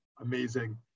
Amazing